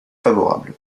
favorables